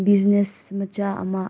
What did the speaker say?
business ꯃꯆꯥ ꯑꯃ